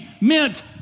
meant